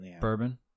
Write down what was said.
bourbon